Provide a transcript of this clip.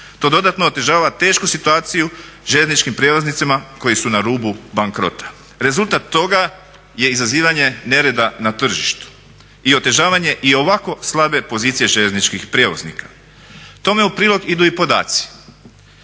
To dodatno otežava tešku situaciju željezničkim prijevoznicima koji su na rubu bankrota. Rezultat toga je izazivanje nereda na tržištu i otežavanje i ovako slabe pozicije željezničkih prijevoznika. Tome u prilog idu i podaci,